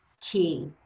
key